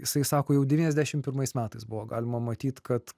jisai sako jau devyniasdešim pirmais metais buvo galima matyt kad